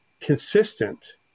consistent